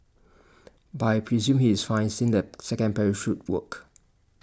but I presume he is fine since the second parachute worked